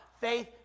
Faith